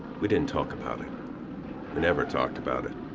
we didn't talk about it. we never talked about it.